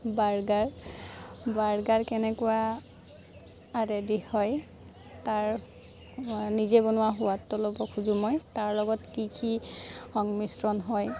burger burger কেনেকুৱা ready হয় তাৰ নিজে বনোৱা সোৱাদটো ল'ব খোজোঁ মই তাৰ লগত কি কি সংমিশ্ৰণ হয়